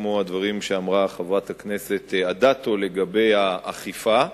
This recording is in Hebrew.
כמו הדברים שאמרה חברת הכנסת אדטו לגבי האכיפה.